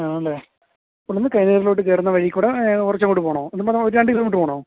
ആണല്ലേ ഇവിടുന്ന് കയറുന്ന വഴിയിൽ കൂടെ കുറച്ച് അങ്ങോട്ട് പോവണോ ഇവിടുന്ന് അങ്ങോട്ട് രണ്ട് കിലോമീറ്റർ പോവണോ